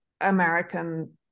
American